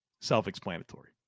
Self-explanatory